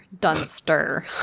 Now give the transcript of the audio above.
Dunster